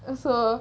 also